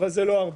לא רבות.